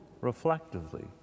reflectively